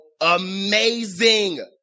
amazing